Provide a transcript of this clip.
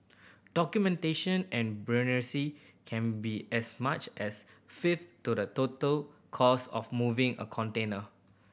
documentation and can be as much as a fifth to the total cost of moving a container